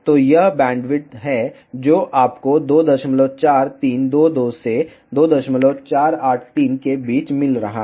तो यह बैंडविड्थ है जो आपको 24322 से 2483 के बीच मिल रहा है